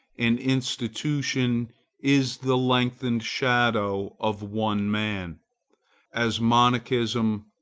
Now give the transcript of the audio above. an institution is the lengthened shadow of one man as, monachism,